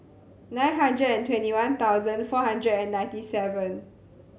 nine hundred and twenty one thousand four hundred and ninety seven